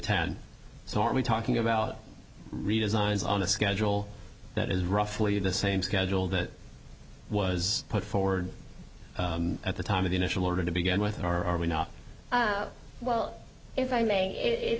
ten so are we talking about redesigns on a schedule that is roughly the same schedule that was put forward at the time of the initial order to begin with or are we not well if i may it i